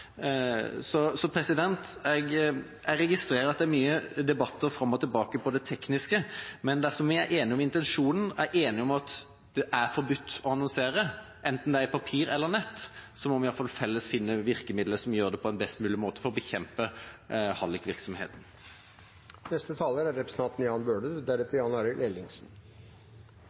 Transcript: Jeg registrerer at det er mye debatt fram og tilbake på det tekniske, men dersom vi er enige om intensjonen, er enige om at det er forbudt å annonsere, enten det er på papir eller nett, så må vi iallfall felles finne virkemidler som gjør at en på best mulig måte kan bekjempe hallikvirksomheten. Jeg synes det var en fin presisering fra Ropstad – at når det er